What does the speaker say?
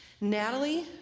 Natalie